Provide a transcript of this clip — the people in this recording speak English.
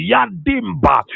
Yadimba